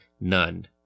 none